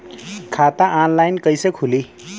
खाता ऑनलाइन कइसे खुली?